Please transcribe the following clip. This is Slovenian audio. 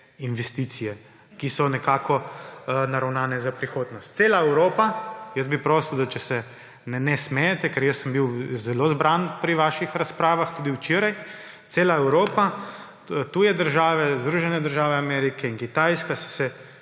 investicije, ki so nekako naravnane za prihodnost. Cela Evropa − jaz bi prosil, če se ne smejete, ker jaz sem bil zelo zbran pri vaših razpravah tudi včeraj -, tuje države, Združene države Amerike in Kitajska so se